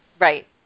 Right